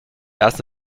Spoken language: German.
erst